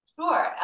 Sure